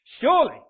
surely